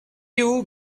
you